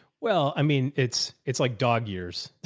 well, i mean, it's, it's like dog years.